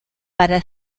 para